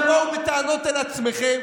תבואו בטענות אל עצמכם.